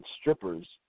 strippers